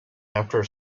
after